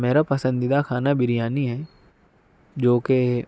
میرا پسندیدہ کھانا بریانی ہے جوکہ